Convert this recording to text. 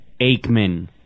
Aikman